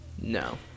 No